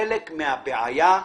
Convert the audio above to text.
חלק מן הבעיה,